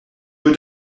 vous